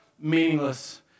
Meaningless